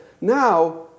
now